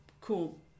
cool